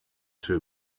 two